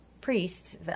priests